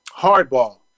Hardball